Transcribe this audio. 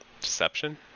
Deception